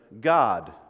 God